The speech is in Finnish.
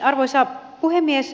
arvoisa puhemies